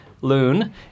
Loon